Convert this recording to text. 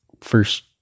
first